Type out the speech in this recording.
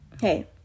hey